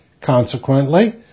Consequently